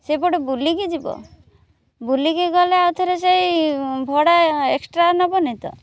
ସେପଟେ ବୁଲିକି ଯିବ ବୁଲିକି ଗଲେ ଆଉ ଥରେ ସେଇ ଭଡ଼ା ଏକ୍ସଟ୍ରା ନେବନି ତ